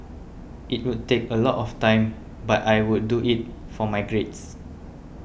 it would take a lot of time but I would do it for my grades